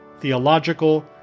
theological